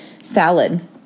salad